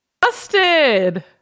busted